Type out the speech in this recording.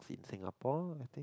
did Singapore I think